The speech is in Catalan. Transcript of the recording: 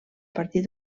partir